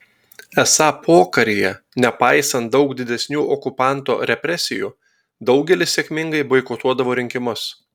esą pokaryje nepaisant daug didesnių okupanto represijų daugelis sėkmingai boikotuodavo rinkimus